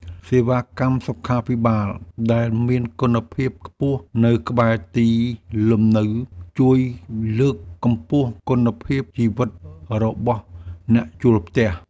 សេវាកម្មសុខាភិបាលដែលមានគុណភាពខ្ពស់នៅក្បែរទីលំនៅជួយលើកកម្ពស់គុណភាពជីវិតរបស់អ្នកជួលផ្ទះ។